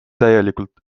täielikult